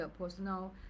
personal